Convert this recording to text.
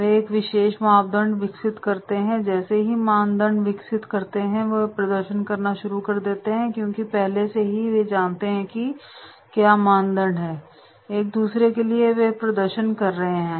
वे एक विशेष मानदंड विकसित करते है जैसे ही वे मानदंड विकसित करते हैं तो वे प्रदर्शन करना शुरू कर देते हैं क्योंकि पहले से ही वे जानते हैं कि क्या मानदंड हैं एक दूसरे के लिए तो वे प्रदर्शन कर रहे हैं